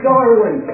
Darwin